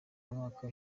mwaka